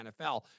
NFL